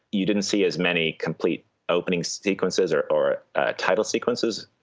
you didn't see as many complete opening sequences or or ah title sequences,